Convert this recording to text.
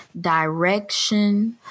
direction